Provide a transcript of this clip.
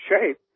shape